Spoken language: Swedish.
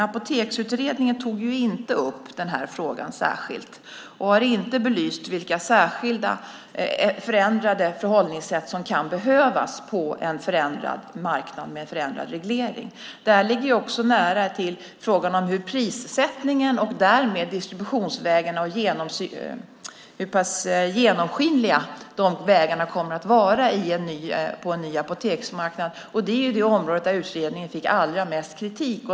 Apoteksutredningen tog inte upp den här frågan särskilt och har inte belyst vilka särskilda förändrade förhållningssätt som kan behövas på en förändrad marknad med en förändrad reglering. Detta ligger också nära frågan om prissättningen och därmed distributionsvägarna och hur pass genomskinliga de vägarna kommer att vara på en ny apoteksmarknad. Det är det område där utredningen fick allra mest kritik.